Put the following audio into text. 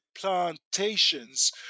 plantations